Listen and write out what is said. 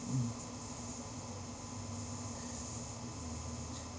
mm